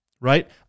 right